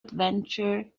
adventure